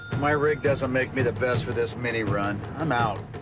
my rig doesn't make me the best for this mini run. i'm out.